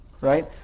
Right